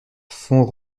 font